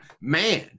Man